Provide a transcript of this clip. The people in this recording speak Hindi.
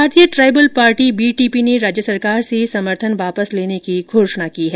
भारतीय ट्राइबल पार्टी बीटीपी ने राज्य सरकार से समर्थन वापस लेने की घोषणा की है